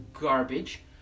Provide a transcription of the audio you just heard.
garbage